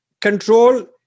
control